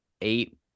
eight